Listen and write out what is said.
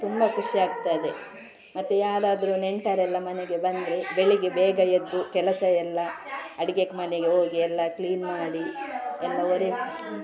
ತುಂಬ ಖುಷಿ ಆಗ್ತದೆ ಮತ್ತೆ ಯಾರಾದರೂ ನೆಂಟರೆಲ್ಲ ಮನೆಗೆ ಬಂದರೆ ಬೆಳಗ್ಗೆ ಬೇಗ ಎದ್ದು ಕೆಲಸ ಎಲ್ಲ ಅಡುಗೆ ಮನೆಗೆ ಹೋಗಿ ಎಲ್ಲ ಕ್ಲೀನ್ ಮಾಡಿ ಎಲ್ಲ ಒರೆಸಿ